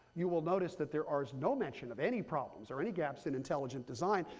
you will notice that there are no mention of any problems or any gaps in intelligent design.